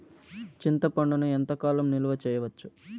చింతపండును ఎంత కాలం నిలువ చేయవచ్చు?